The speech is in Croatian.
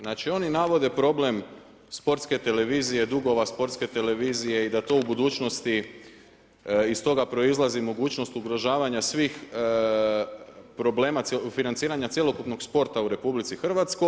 Znači oni navode problem Sportske televizije, dugova Sportske televizije i da tu u budućnosti iz toga proizlazi mogućnost ugrožavanja svih problema, financiranja cjelokupnog sporta u RH.